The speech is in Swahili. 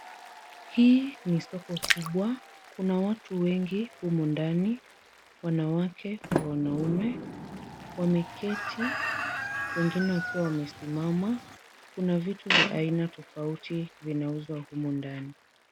Hili ni soko kubwa, kuna watu wengi huku ndani. Wanawake kwa wanaume wameketi wengine wakiwa wamesimama. Kuna vitu tofauti vinauzwa humu ndani.